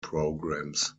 programs